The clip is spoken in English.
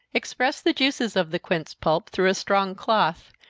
express the juices of the quince pulp through a strong cloth,